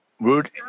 root